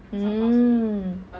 mm